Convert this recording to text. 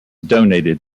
donated